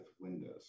Windows